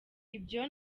ibyo